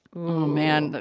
man. but